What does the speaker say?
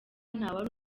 ntawari